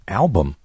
album